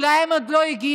אולי הם עוד לא הגיעו?